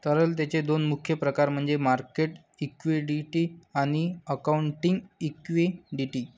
तरलतेचे दोन मुख्य प्रकार म्हणजे मार्केट लिक्विडिटी आणि अकाउंटिंग लिक्विडिटी